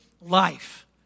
life